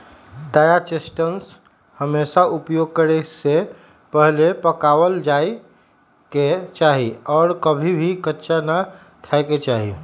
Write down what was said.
ताजा चेस्टनट हमेशा उपयोग करे से पहले पकावल जाये के चाहि और कभी भी कच्चा ना खाय के चाहि